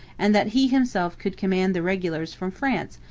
and that he himself could command the regulars from france,